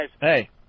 Hey